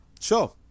Sure